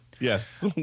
Yes